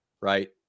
right